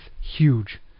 huge